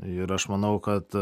ir aš manau kad